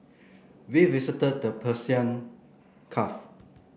we visited the Persian Gulf